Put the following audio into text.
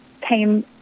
came